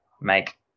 make